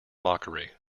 mockery